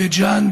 בית ג'ן,